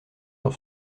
sur